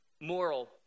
moral